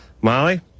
Molly